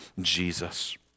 Jesus